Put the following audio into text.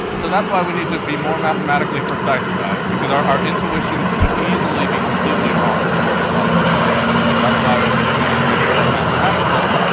so that's why we need to be more mathematically precise about it, because our our intuitions can easily be completely wrong in in probability, so that's why we need to make it more mathematical.